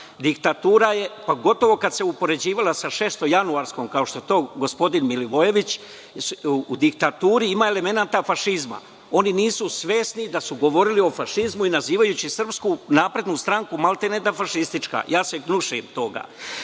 diktatura je, gotovo kada se upoređivala sa šestojanuarskom, kao što je to gospodin Milivojević, u diktaturi ima elemenata fašizma. Oni nisu svesni da su govorili o fašizmu, nazivajući SNS maltene da je fašistička. Ja se gnušam toga.